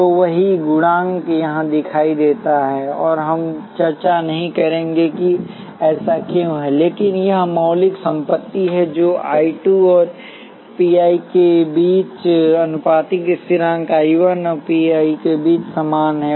तो वही गुणांक यहां दिखाई देता है और हम चर्चा नहीं करेंगे कि ऐसा क्यों है लेकिन यह मौलिक संपत्ति है जो I 2 और psi 1 के बीच आनुपातिकता स्थिरांक I 1 और psi 2 के बीच समान है